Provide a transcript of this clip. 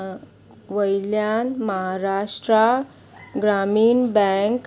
वयल्यान महाराष्ट्रा ग्रामीण बँक